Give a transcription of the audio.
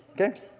Okay